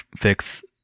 fix